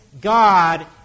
God